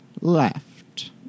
left